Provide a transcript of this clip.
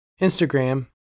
Instagram